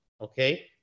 okay